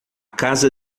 casa